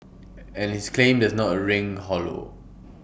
and his claim does not ring hollow